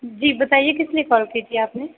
जी बताईए किसलिए कॉल की थी आपने